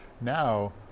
now